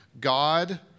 God